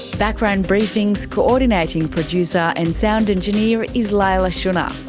background briefing's coordinating producer and sound engineer is leila shunnar,